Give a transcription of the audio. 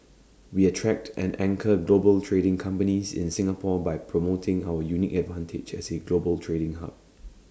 we attract and anchor global trading companies in Singapore by promoting our unique advantages as A global trading hub